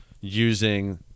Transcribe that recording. using